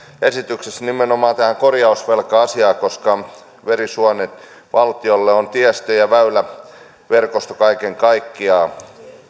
esityksessä nimenomaan korjausvelka asiaan koska verisuonet valtiolle on tiestö ja väyläverkosto kaiken kaikkiaan